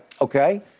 okay